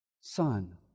Son